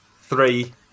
Three